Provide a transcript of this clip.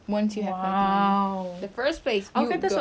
once you have the money the first place would go